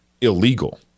illegal